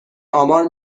آمار